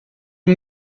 hem